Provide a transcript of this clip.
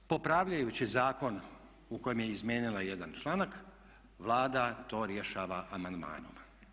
I popravljajući zakon u kojem je izmijenila jedan članak Vlada to rješava amandmanom.